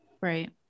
Right